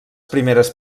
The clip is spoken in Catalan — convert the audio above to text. primeres